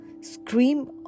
scream